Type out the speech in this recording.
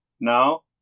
Now